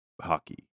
hockey